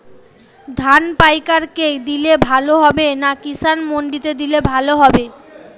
ধান পাইকার কে দিলে ভালো হবে না কিষান মন্ডিতে দিলে ভালো হবে?